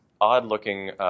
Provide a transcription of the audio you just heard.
odd-looking